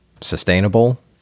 sustainable